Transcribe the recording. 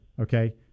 okay